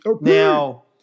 Now